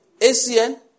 ACN